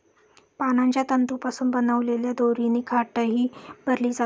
पानांच्या तंतूंपासून बनवलेल्या दोरीने खाटही भरली जाते